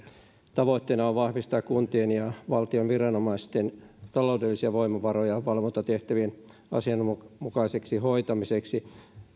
tavoitteena on vahvistaa kuntien ja valtion viranomaisten taloudellisia voimavaroja valvontatehtävien asianmukaiseksi hoitamiseksi